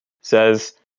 says